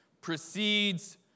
precedes